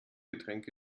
getränk